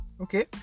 okay